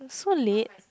so late